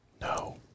No